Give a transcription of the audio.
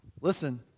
listen